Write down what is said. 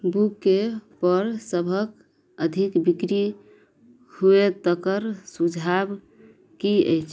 बुकेपर सबके अधिक बिक्री हुए तकर सुझाव कि अछि